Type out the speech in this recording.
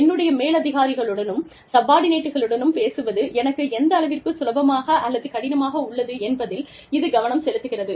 என்னுடைய மேலதிகாரிகளுடனும் சப்பார்டினேட்களுடனும் பேசுவது எனக்கு எந்தளவிற்கு சுலபமாக அல்லது கடினமாக உள்ளது என்பதில் இது கவனம் செலுத்துகிறது